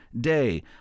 day